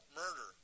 murder